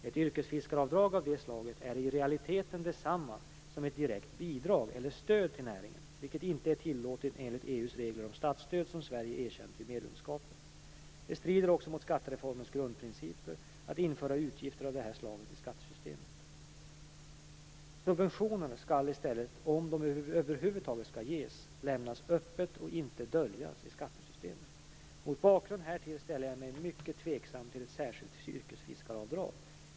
Ett yrkesfiskaravdrag av det slaget är i realiteten detsamma som ett direkt bidrag eller stöd till näringen, vilket inte är tillåtet enligt EU:s regler om statsstöd som Sverige erkänt vid medlemskapet. Det strider också mot skattereformens grundprinciper att införa utgifter av det här slaget i skattesystemet. Subventioner skall i stället, om de över huvud taget skall ges, lämnas öppet och inte döljas i skattesystemet. Mot denna bakgrund ställer jag mig mycket tveksam till ett särskilt yrkesfiskaravdrag.